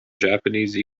japanese